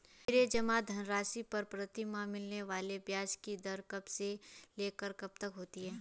मेरे जमा धन राशि पर प्रतिमाह मिलने वाले ब्याज की दर कब से लेकर कब तक होती है?